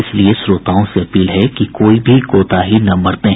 इसलिए श्रोताओं से अपील है कि कोई भी कोताही न बरतें